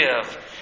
give